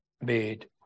made